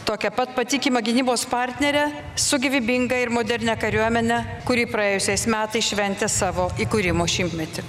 tokia pat patikima gynybos partnerė su gyvybinga ir modernia kariuomene kuri praėjusiais metais šventė savo įkūrimo šimtmetį